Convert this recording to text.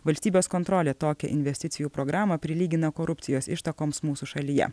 valstybės kontrolė tokią investicijų programą prilygina korupcijos ištakoms mūsų šalyje